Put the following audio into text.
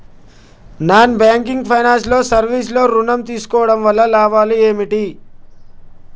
Non banking finance service లో ఋణం తీసుకోవడం వల్ల లాభాలు ఏమిటి?